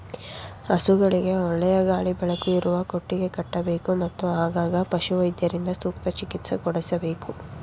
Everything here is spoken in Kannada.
ಹಸುಗಳಿಗೆ ಒಳ್ಳೆಯ ಗಾಳಿ ಬೆಳಕು ಇರುವ ಕೊಟ್ಟಿಗೆ ಕಟ್ಟಬೇಕು, ಮತ್ತು ಆಗಾಗ ಪಶುವೈದ್ಯರಿಂದ ಸೂಕ್ತ ಚಿಕಿತ್ಸೆ ಕೊಡಿಸಬೇಕು